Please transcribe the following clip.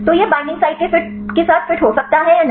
तो यह banding site के साथ फिट हो सकता है या नहीं